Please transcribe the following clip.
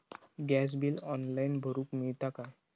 Gas bill online भरुक मिळता काय?